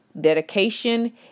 dedication